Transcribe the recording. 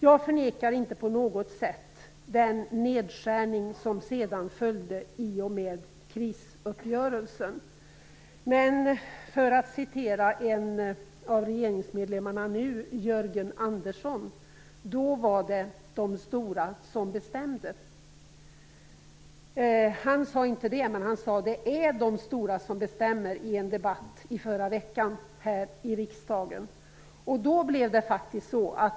Jag förnekar inte på något sätt den nedskärning som sedan följde i och med krisuppgörelsen. Men, för att citera en av de nuvarande regeringsmedlemmarna, Jörgen Andersson, då var det de stora som bestämde. Jörgen Andersson sade inte så, utan han sade i en debatt här i riksdagen i förra veckan att det är de stora som bestämmer.